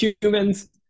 humans